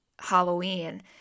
halloween